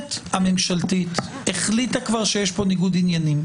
המערכת הממשלתית כבר החליטה שיש פה ניגוד עניינים.